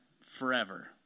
forever